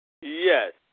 Yes